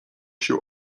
się